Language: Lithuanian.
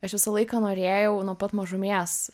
aš visą laiką norėjau nuo pat mažumės